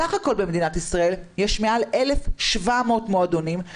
סך הכול במדינת ישראל יש מעל 1,700 מועדונים,